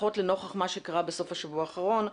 לפחות לנוכח מה שקרה בסוף השבוע האחרון,